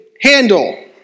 handle